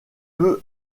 peu